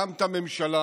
הקמת הממשלה